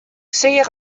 seach